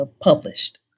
published